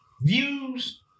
views